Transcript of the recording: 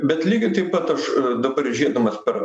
bet lygiai taip pat aš dabar žėdamas per